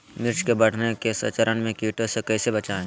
मिर्च के बढ़ने के चरण में कीटों से कैसे बचये?